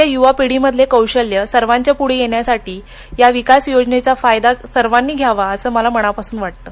आजच्या युवा पिढीमधले कौशल्य सर्वांच्या पुढे येण्यासाठी या विकास योजनेचा सर्वांनी फायदा घ्यावा असे मला मनापासून वाटतं